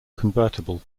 convertible